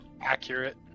Accurate